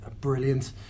brilliant